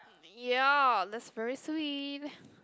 ya that's very sweet